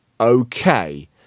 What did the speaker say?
Okay